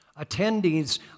Attendees